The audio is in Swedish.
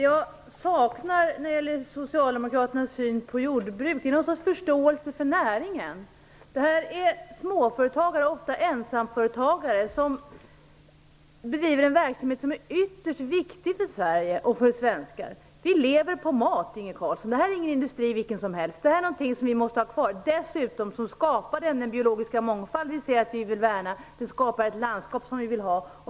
Fru talman! Det jag saknar i Socialdemokraternas syn på jordbruk är någon sorts förståelse för näringen. Detta är småföretagare, ofta ensamföretagare, som bedriver en verksamhet som är ytterst viktig för Sverige och för svenska folket. Vi lever av mat, Inge Carlsson. Detta är inte en industri vilken som helst. Det är någonting som vi måste ha kvar. Dessutom skapar jordbruket den biologiska mångfald vi säger att vi vill värna. Det skapar ett landskap som vi vill ha.